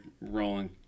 rolling